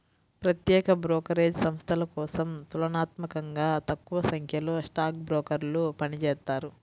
ప్రత్యేక బ్రోకరేజ్ సంస్థల కోసం తులనాత్మకంగా తక్కువసంఖ్యలో స్టాక్ బ్రోకర్లు పనిచేత్తారు